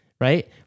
Right